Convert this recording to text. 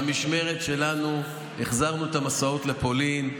במשמרת שלנו החזרנו את המסעות לפולין.